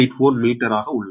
484 metre உள்ளது